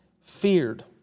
feared